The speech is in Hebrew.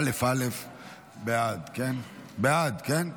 28 בעד, אין מתנגדים.